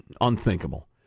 unthinkable